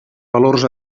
valors